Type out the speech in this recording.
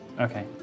Okay